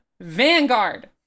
Vanguard